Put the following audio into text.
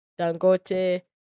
Dangote